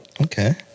Okay